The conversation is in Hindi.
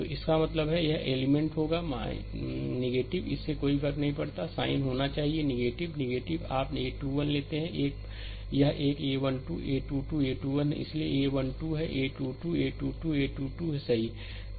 तो इसका मतलब है कि यह एलिमेंट होगा इससे कोई फर्क नहीं पड़ता कि साइन होना चाहिए फिर आप a 1 2लेते हैं यह एकa 1 2 a 2 2 a 2 1 है इसलिए यह a 1 2 है a 2 2 a 2 2 a 2 2 सही